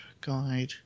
guide